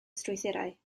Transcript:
strwythurau